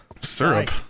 Syrup